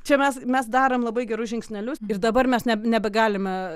čia mes mes darom labai gerus žingsnelius ir dabar mes nebegalime